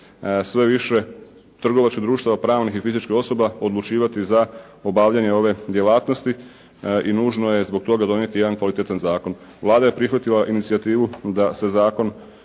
sve više trgovačka društva pravnih i fizičkih osoba odlučivati za obavljanje ove djelatnosti i nužno je zbog toga donijeti jedan kvalitetan zakon. Vlada je prihvatila inicijativu da se zakon,